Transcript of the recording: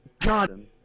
God